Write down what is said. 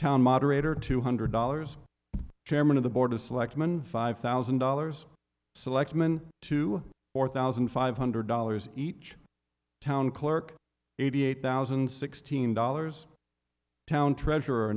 town moderator two hundred dollars chairman of the board of selectmen five thousand dollars selectman to four thousand five hundred dollars each town clerk eighty eight thousand and sixteen dollars town treasurer